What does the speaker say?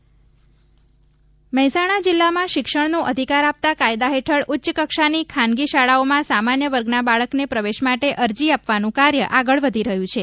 Mehsana right to education Mehsana જિલ્લામાં શિક્ષણનો અધિકાર આપતા કાયદા હેઠળ ઉચ્ચકક્ષાની ખાનગી શાળાઓમાં સામાન્ય વર્ગના બાળકને પ્રવેશ માટે અરજી આપવાનું કાર્ય આગળ વધી રહ્યું છે